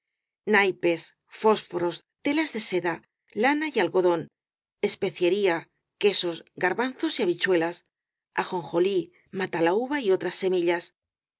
naipes fósforos telas de seda lana y al godón especiería quesos garbanzos y habichue las ajonjolí matalahúva y otras semillas